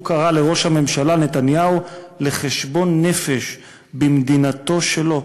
הוא קרא לראש הממשלה נתניהו לחשבון נפש במדינתו שלו.